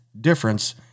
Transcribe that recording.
difference